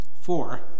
Four